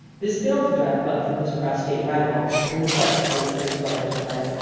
this failed to drive buck from his prostrate rival, and the butt of the whip was brought into play.